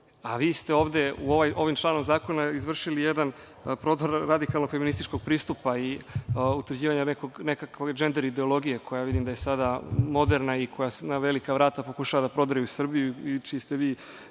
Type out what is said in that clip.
a vi ste ovde ovim članom zakona izvršili jedan prodor radikalno feminističkog pristupa i utvrđivanja nekakve džender ideologije, koja vidim da je sada moderna i koja se na velika vrata pokušava da prodre i u Srbiju, čiji ste vi